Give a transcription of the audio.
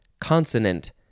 consonant